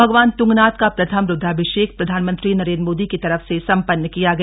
भगवान तंगनाथ का प्रथम रुद्राभिषेक प्रधानमंत्री नरेन्द्र मोदी की तरफ से संपन्न किया गया